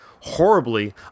horribly